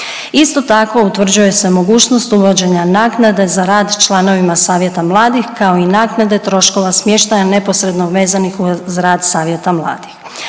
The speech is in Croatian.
Isto tako, utvrđuje se mogućnost uvođenja naknade za rad članovima Savjeta mladih kao i naknade troškova smještaja neposredno vezanih uz rad Savjeta mladih.